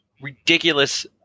ridiculous